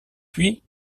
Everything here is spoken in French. puis